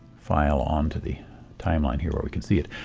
file onto the timeline here where we can see it.